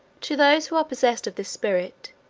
to those who are possessed of this spirit,